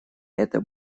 это